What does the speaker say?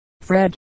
Fred